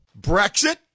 Brexit